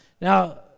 now